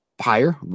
higher